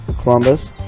Columbus